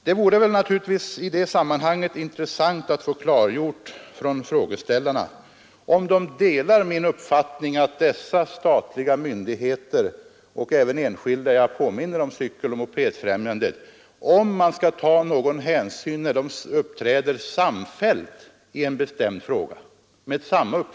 Det vore naturligtvis i det sammanhanget intressant att få klargjort från frågeställarna om de delar min uppfattning att man skall ta hänsyn när dessa statliga myndigheter och även enskilda — jag påminner om Cykeloch mopedfrämjandet — uppträder samfällt, med samma uppfattning, i en bestämd fråga.